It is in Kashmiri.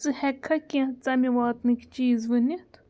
ژٕ ہیٚکٕکھا کیٚنٛہہ ژَمہِ واتنٕکۍ چیٖز ؤنِتھ